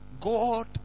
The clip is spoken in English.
God